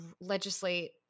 legislate